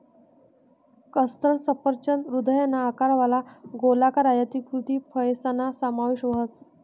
custard सफरचंद हृदयना आकारवाला, गोलाकार, आयताकृती फयसना समावेश व्हस